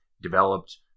developed